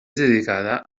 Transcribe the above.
dedicada